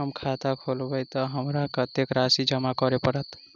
हम खाता खोलेबै तऽ हमरा कत्तेक राशि जमा करऽ पड़त?